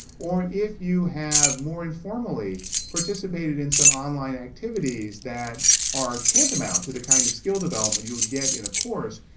or if you have more informally participated in some online activities that are tantamount to the kind of skill development you would get in a course,